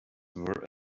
were